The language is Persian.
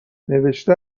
نوشته